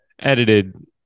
edited